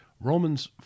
Romans